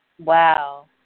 Wow